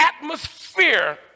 atmosphere